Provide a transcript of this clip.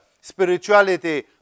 spirituality